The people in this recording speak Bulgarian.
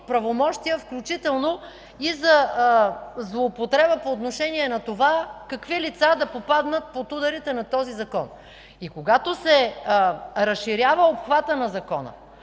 правомощия, включително и за злоупотреба по отношение на това какви лица да попаднат под ударите на този закон. Когато се разширява обхватът на Закона,